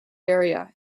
area